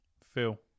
Phil